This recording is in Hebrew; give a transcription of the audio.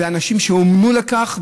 ואנשים שאומנו לכך,